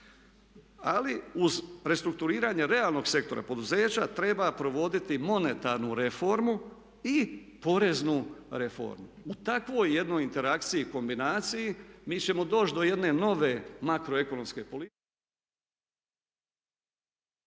Ali uz restrukturiranje realnog sektora, poduzeća treba provoditi monetarnu reformu i poreznu reformu. U takvoj jednoj interakciji i kombinaciji mi ćemo doći do jedne nove makroekonomske politike